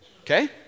Okay